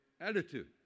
attitude